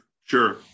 Sure